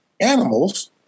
animals